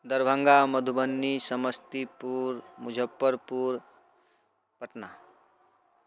Darbhanga Madhubani Samastipur Muzaffarpur Patna